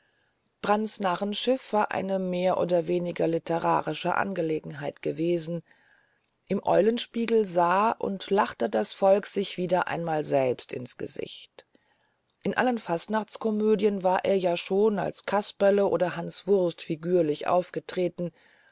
brants narrenschiff war eine mehr oder weniger literarische angelegenheit gewesen im eulenspiegel sah und lachte das volk sich wieder einmal selber ins gesicht in allen fastnachtskomödien war er ja schon als kasperle oder hanswurst figürlich aufgetreten